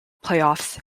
playoffs